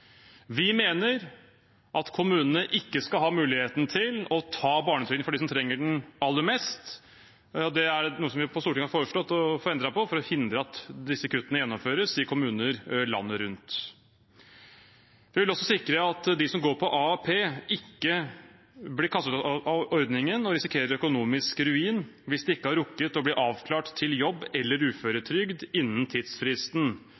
Vi mener at kommunene ikke skal ha muligheten til å ta barnetrygden fra dem som trenger den aller mest. Det er noe vi på Stortinget har foreslått å få endret på, for å hindre at disse kuttene gjennomføres i kommuner landet rundt. Vi vil også sikre at de som går på AAP, ikke blir kastet ut av ordningen og risikerer økonomisk ruin hvis de ikke har rukket å bli avklart til jobb eller uføretrygd innen tidsfristen.